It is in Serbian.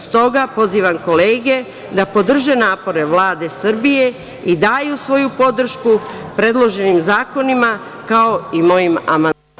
Stoga pozivam kolege da podrže napore Vlade Srbije i daju svoju podršku predloženim zakonima, kao i moj amandman.